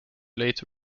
late